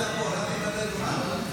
כל סיעת העבודה נסעתם לקפלן בגלל עמי אשד.